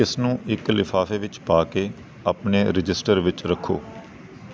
ਇਸ ਨੂੰ ਇੱਕ ਲਿਫ਼ਾਫ਼ੇ ਵਿੱਚ ਪਾ ਕੇ ਆਪਣੇ ਰਜਿਸਟਰ ਵਿੱਚ ਰੱਖੋ